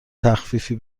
تخفیفی